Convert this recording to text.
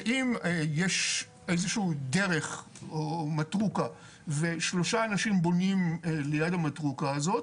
שאם יש איזו שהיא דרך או מתרוכה ושלושה אנשים בונים ליד המתרוכה הזו,